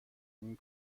این